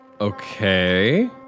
Okay